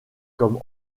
comme